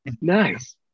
Nice